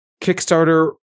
Kickstarter